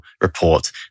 report